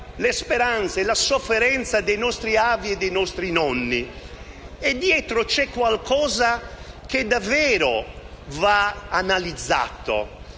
le speranze e la sofferenza dei nostri avi e dei nostri nonni. E dietro c'è qualcosa che davvero va analizzato,